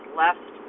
left